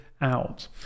out